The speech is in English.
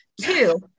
Two